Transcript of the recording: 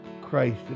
Christ